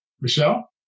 Michelle